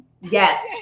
Yes